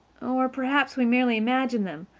or perhaps we merely imagined them,